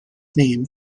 name